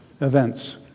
events